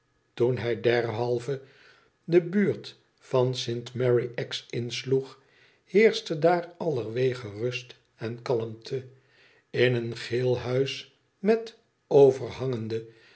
toen hij derhalve de buurt van st mary axe insloeg heerschte daar allerwege rust en kalmte in een geel huis met overhangenden